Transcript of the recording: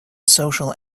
social